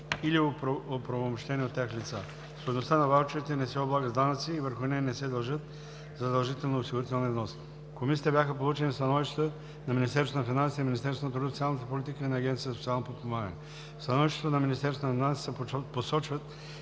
или оправомощени от тях лица. Стойността на ваучерите не се облага с данъци и върху нея не се дължат задължителни осигурителни вноски. В Комисията бяха получени становищата на Министерството на финансите, Министерството на труда и социалната политика и на Агенцията за социално подпомагане. В становището на Министерството на финансите се посочват